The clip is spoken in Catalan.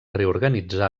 reorganitzar